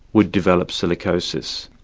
would develop silicosis.